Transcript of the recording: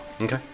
Okay